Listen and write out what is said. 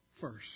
first